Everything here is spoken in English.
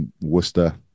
Worcester